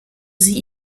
sie